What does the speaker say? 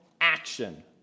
action